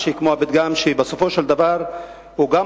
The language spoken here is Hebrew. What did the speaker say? זה כמו הפתגם שבו בסופו של דבר הוא גם